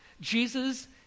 jesus